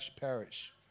parish